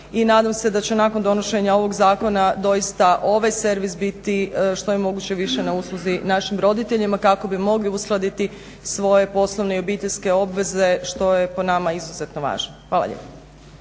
nadam se da će nakon donošenja ovog zakona doista ovaj servis biti što je moguće više na usluzi našim roditeljima kako bi mogli uskladiti svoje poslovne i obiteljske obveze što je po nama izuzetno važno. Hvala lijepo.